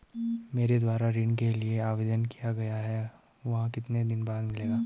मेरे द्वारा ऋण के लिए आवेदन किया गया है वह कितने दिन बाद मिलेगा?